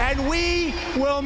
and we will